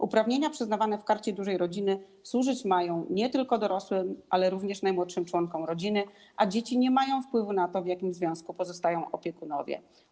Uprawnienia przyznawane w Karcie Dużej Rodziny służyć mają nie tylko dorosłym, ale również najmłodszym członkom rodziny, a dzieci nie mają wpływu na to, w jakim związku pozostają opiekunowie.